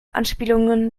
anspielungen